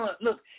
Look